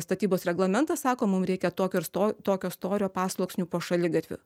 statybos reglamentas sako mum reikia tokio ir sto tokio storio pasluoksnių po šaligatviu